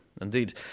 indeed